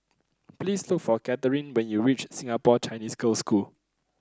please look for Katherin when you reach Singapore Chinese Girls' School